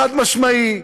חד-משמעי,